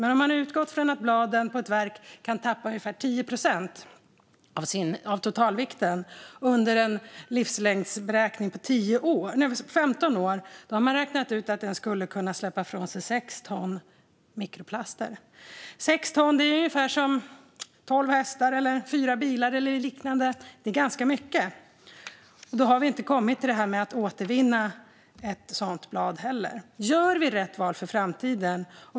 Men om man utgår från att bladen på ett verk kan tappa ungefär 10 procent av totalvikten under en beräknad livslängd på 15 år har man räknat ut att den skulle kunna släppa ifrån sig sex ton mikroplaster. Sex ton är ungefär som tolv hästar, fyra bilar eller liknande. Det är ganska mycket, och då har vi inte heller kommit till detta att återvinna ett sådant blad. Gör vi rätt val för framtiden?